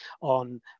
on